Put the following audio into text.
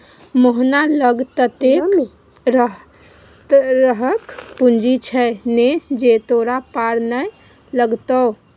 मोहना लग ततेक तरहक पूंजी छै ने जे तोरा पार नै लागतौ